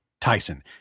Tyson